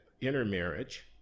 intermarriage